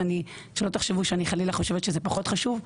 אז שלא תחשבו שאני חלילה חושבת שזה פחות חשוב,